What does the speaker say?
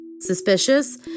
Suspicious